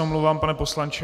Omlouvám se, pane poslanče.